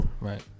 Right